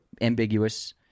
Ambiguous